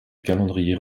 calendrier